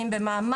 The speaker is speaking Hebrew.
מעבדה.